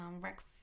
rex